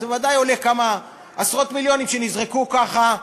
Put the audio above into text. אבל זה בוודאי עולה כמה עשרות מיליונים שנזרקו ככה,